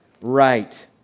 right